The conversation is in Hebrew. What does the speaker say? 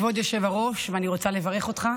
כבוד היושב-ראש, אני רוצה לברך אותך,